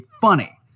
funny